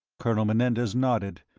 colonel menendez nodded,